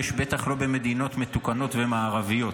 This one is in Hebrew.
בטח לא במדינות מתוקנות ומערביות.